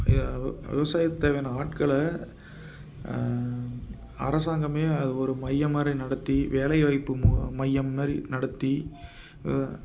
விவசாயத்துக்கு தேவையான ஆட்களை அரசாங்கமே அது ஒரு மையம் மாதிரி நடத்தி வேலை வாய்ப்பு முகாம் மையம் மாதிரி நடத்தி